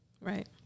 Right